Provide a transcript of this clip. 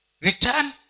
return